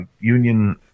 union